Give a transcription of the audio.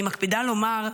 אני מקפידה לומר,